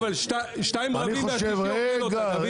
אבל שניים רבים והשלישי אוכל אותה.